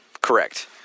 Correct